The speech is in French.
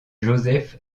joseph